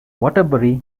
waterbury